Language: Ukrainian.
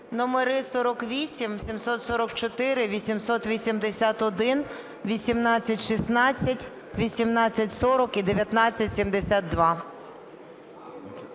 Номери: 48, 744, 881, 1816, 1840 і 1972.